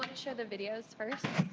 show the videos first?